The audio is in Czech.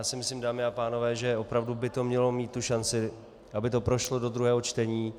Myslím si, dámy a pánové, že opravdu by to mělo mít šanci, aby to prošlo do druhého čtení.